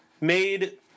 made